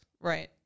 Right